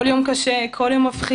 כל יום קשה, כל יום מפחיד.